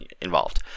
involved